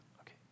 Okay